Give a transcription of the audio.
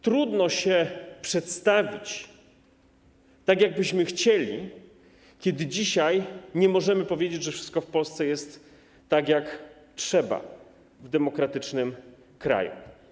Trudno się przedstawić, tak jak byśmy chcieli, skoro dzisiaj nie możemy powiedzieć, że wszystko w Polsce jest tak, jak trzeba, jak powinno być w demokratycznym kraju.